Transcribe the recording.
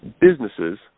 businesses